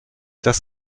dass